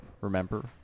remember